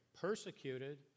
persecuted